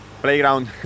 playground